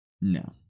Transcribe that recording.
No